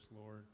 Lord